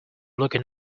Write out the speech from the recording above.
looking